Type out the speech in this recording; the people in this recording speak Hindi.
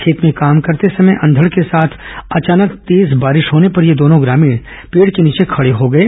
खेत में काम करते समय अंधड़ के साथ अचानक तेज बारिश होने पर ये दोनों ग्रामीण पेड़ के नीचे खडे हो गए